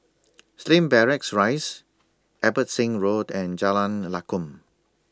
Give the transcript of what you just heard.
Slim Barracks Rise Abbotsingh Road and Jalan Lakum